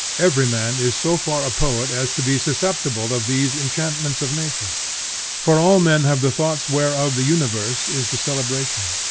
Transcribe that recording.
every man is so far a poet as to be susceptible of these enchantments of nature for all men have the thoughts whereof the universe is the celebration.